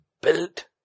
built